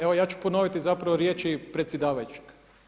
Evo, ja ću ponoviti zapravo riječi predsjedavajućeg.